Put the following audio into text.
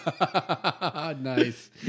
Nice